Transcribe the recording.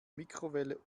mikrowelle